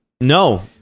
No